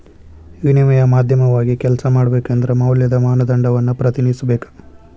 ವಿನಿಮಯ ಮಾಧ್ಯಮವಾಗಿ ಕೆಲ್ಸ ಮಾಡಬೇಕಂದ್ರ ಮೌಲ್ಯದ ಮಾನದಂಡವನ್ನ ಪ್ರತಿನಿಧಿಸಬೇಕ